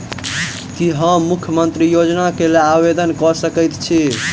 की हम मुख्यमंत्री योजना केँ लेल आवेदन कऽ सकैत छी?